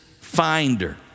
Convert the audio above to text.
finder